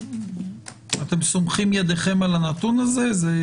אתם סומכים ידיכם על הנתון הזה?